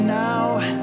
now